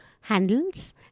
handles